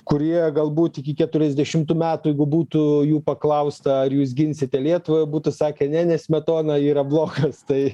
kurie galbūt iki keturiasdešimtų metų jeigu būtų jų paklausta ar jūs ginsite lietuvą būtų sakę ne nes smetona yra blogas tai